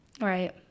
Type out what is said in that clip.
Right